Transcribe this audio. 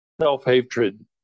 Self-hatred